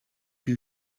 you